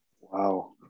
Wow